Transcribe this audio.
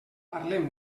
parlem